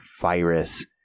virus